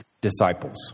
disciples